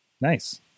Nice